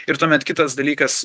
ir tuomet kitas dalykas